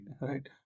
right